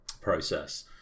process